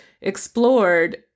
explored